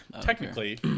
Technically